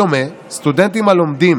בדומה, סטודנטים הלומדים